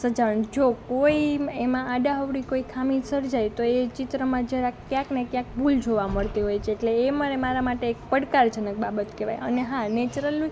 સજાણ જો કોઈ એમાં આડા અવડી કોઈ ખામી સર્જાય તો એ ચિત્રમાં જરાક ક્યાંક ને ક્યાંક ભૂલ જોવાં મળતી હોય છે એટલે એ મને મારાં માટે એક પડકારજનક બાબત કહેવાય અને હા નેચરલનુંય